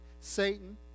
Satan